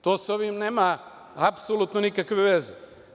To sa ovim nema apsolutno nikakve veze.